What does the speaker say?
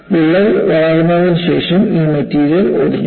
വിള്ളൽ വളർന്നതിനുശേഷം ഈ മെറ്റീരിയൽ ഒടിഞ്ഞു